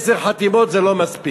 עשר חתימות זה לא מספיק.